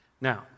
Now